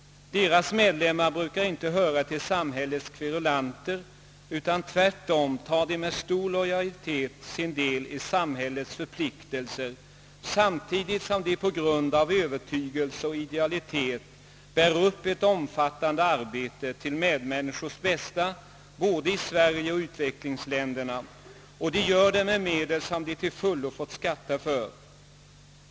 Deras medlemmar brukar inte höra till samhällets kverulanter, utan tvärtom tar de med stor lojalitet sin del i samhällets förpliktelser samtidigt som de på grund av övertygelse och idealitet bär upp ett omfattande arbete till medmänniskors bäs ta både i Sverige och i utvecklingsländerna, och de gör det med medel som de till fullo fått skatta för.